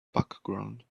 background